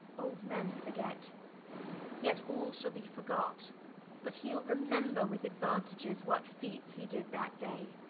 old men forget yet all shall be forgot but hee'le remember, with aduantages, what feats he did that day.